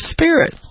Spirit